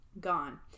gone